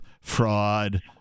fraud